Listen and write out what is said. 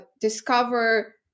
discover